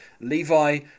Levi